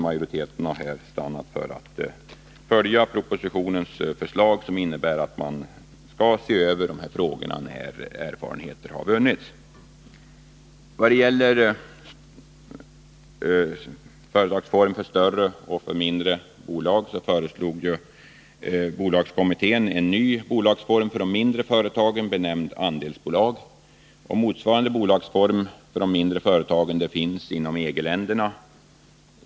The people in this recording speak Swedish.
Majoriteten har här stannat för att följa propositionens förslag, som innebär att man skall se över de här frågorna när erfarenheter har vunnits. Vad gäller företagsformer för större och för mindre bolag föreslog bolagskommittén en ny bolagsform för de mindre företagen, benämnd andelsbolag. Motsvarande bolagsform för mindre företag finns inom EG-länderna.